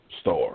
star